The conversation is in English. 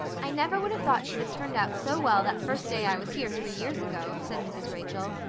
i never would have thought she'd have turned out so well that first day i was here three years ago, said mrs. rachel.